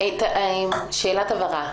שאלת הבהרה.